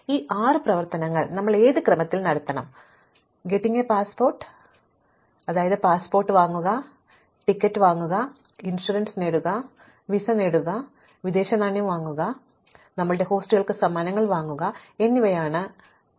അതിനാൽ ഈ ആറ് പ്രവർത്തനങ്ങൾ ഞങ്ങൾ ഏത് ക്രമത്തിൽ നടത്തണം പാസ്പോർട്ട് നേടുക ടിക്കറ്റ് വാങ്ങുക ഇൻഷുറൻസ് നേടുക വിസ നേടുക വിദേശനാണ്യം വാങ്ങുക ഞങ്ങളുടെ ഹോസ്റ്റുകൾക്ക് സമ്മാനങ്ങൾ വാങ്ങുക എന്നിവയാണ് ഈ പരിമിതികൾ നൽകുന്നത്